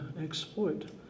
exploit